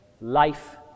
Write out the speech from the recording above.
life